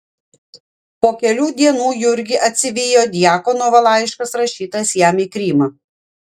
po kelių dienų jurgį atsivijo djakonovo laiškas rašytas jam į krymą